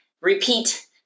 repeat